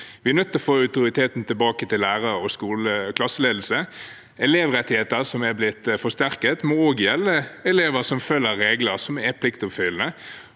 Vi er nødt til å få autoriteten tilbake til lærere og klasseledelse. Elevrettigheter som er blitt forsterket, må også gjelde elever som følger regler, som er pliktoppfyllende.